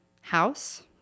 house